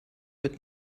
mit